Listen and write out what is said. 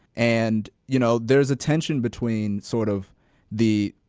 and, you know, there's a tension between sort of the,